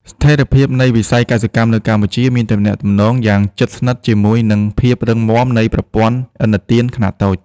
ស្ថិរភាពនៃវិស័យកសិកម្មនៅកម្ពុជាមានទំនាក់ទំនងយ៉ាងជិតស្និទ្ធជាមួយនឹងភាពរឹងមាំនៃប្រព័ន្ធឥណទានខ្នាតតូច។